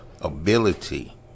ability